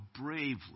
bravely